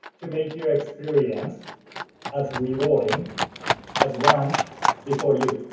to make your experience as rewarding as once before you.